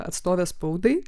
atstovė spaudai